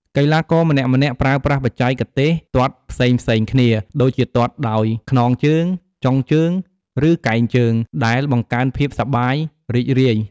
កីឡាករម្នាក់ៗប្រើប្រាស់បច្ចេកទេសទាត់ផ្សេងៗគ្នា ដូចជាទាត់ដោយ ខ្នងជើង ចុងជើង ឬកែងជើង ដែលបង្កើនភាពសប្បាយរីករាយ។